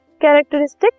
characteristic